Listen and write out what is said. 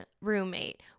roommate